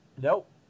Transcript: Nope